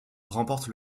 remporte